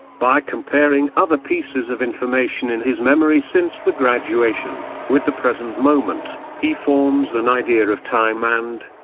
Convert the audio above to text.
by comparing other pieces of information in his memory since the graduation, with the present moment, he forms an idea of time and,